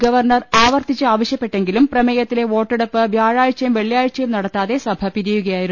governor ആവർത്തിച്ച് ആവശ്യപ്പെട്ടെങ്കിലും പ്രമേയത്തിലെ വോട്ടെടുപ്പ് വ്യാഴാഴ്ചയും വെള്ളിയാഴ്ചയും നടത്താതെ സഭ പിരിയുകയായിരുന്നു